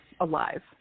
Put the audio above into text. alive